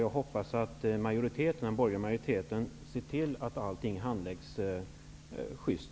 Jag hoppas att den borgerliga majoriteten ser till att allting handläggs sjyst.